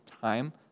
time